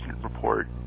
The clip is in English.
report